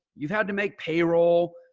you've had to make payroll.